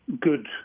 good